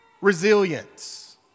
resilience